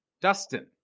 Dustin